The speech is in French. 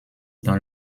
dans